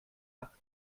nach